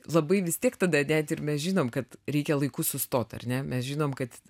labai vis tiek tada net ir mes žinome kad reikia laiku sustoti ar ne mes žinom kad